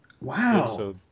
Wow